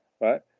right